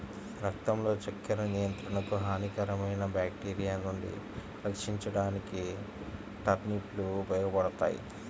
రక్తంలో చక్కెర నియంత్రణకు, హానికరమైన బ్యాక్టీరియా నుండి రక్షించడానికి టర్నిప్ లు ఉపయోగపడతాయి